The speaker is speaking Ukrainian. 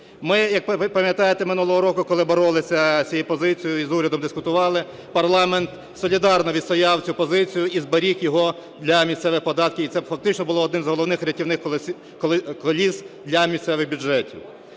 Ми, як ви пам'ятаєте, минулого року, коли боролися з цією позицією і з урядом дискутували, парламент солідарно відстояв цю позицію і зберіг його для місцевих податків. І це фактично було одним з головних рятівних коліс для місцевих бюджетів.